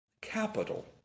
capital